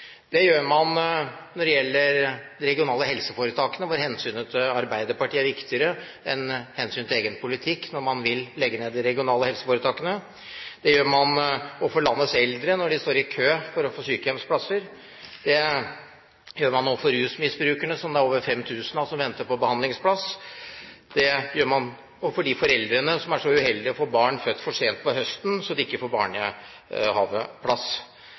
Det gjør man når det gjelder de regionale helseforetakene, hvor hensynet til Arbeiderpartiet er viktigere enn hensynet til egen politikk når man vil legge ned de regionale helseforetakene. Det gjør man overfor landets eldre når de står i kø for å få sykehjemsplass, det gjør man overfor rusmisbrukerne; det er over 5 000 som venter på behandlingsplass, og det gjør man overfor de foreldrene som er så uheldige å få barn for sent på høsten, slik at de ikke får barnehageplass.